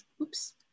Oops